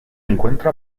encuentra